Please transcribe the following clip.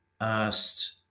asked